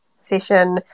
session